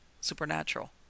supernatural